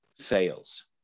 fails